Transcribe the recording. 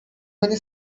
many